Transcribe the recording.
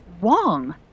Wong